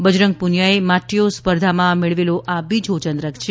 બજરંગ પુનીયાએ માટ્ટીઓ સ્પર્ધામાં મેળવેલો આ બીજો ચંદ્રક છે